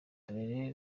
dore